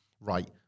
right